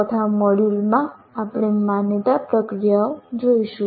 ચોથા મોડ્યુલમાં આપણે માન્યતા પ્રક્રિયાઓ જોઈશું